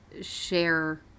share